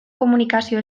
komunikazio